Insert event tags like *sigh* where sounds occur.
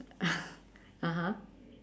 *breath* (uh huh)